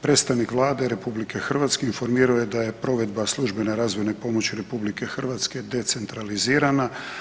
Predstavnik Vlade RH informirao je da je provedba službene razvojne pomoći RH decentralizirana.